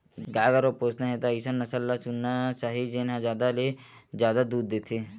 गाय गरूवा पोसना हे त अइसन नसल चुनना चाही जेन ह जादा ले जादा दूद देथे